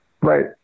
Right